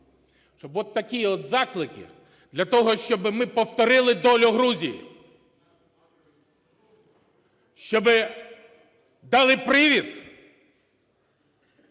щоб от такі от заклики, для того щоби ми повторили долю Грузії, щоби дали привід